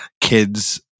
kids